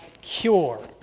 cure